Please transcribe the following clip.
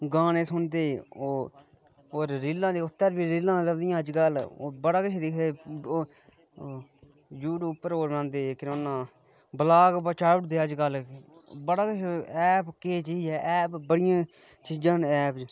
गाने सुनदे होर रीलां उत्त बी रीलां लभदियां अजकल बड़ा किश दिखदे यूट्यूब ओह् लांदे केह् नां ब्लाॅग चाड़ी ओड़दे अजकल ऐप केह् चीज ऐ बड़ियां चीजां न ऐप